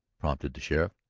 prompted the sheriff.